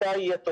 מתי יהיה תורי?